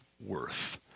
worth